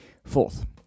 Fourth